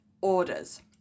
orders